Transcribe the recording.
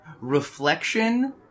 Reflection